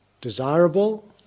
Desirable